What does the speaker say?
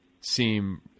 seem